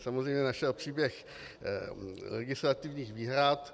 Samozřejmě se našel příběh legislativních výhrad.